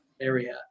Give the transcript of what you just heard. area